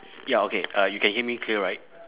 ya okay uh you can hear me clear right